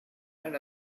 and